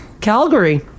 Calgary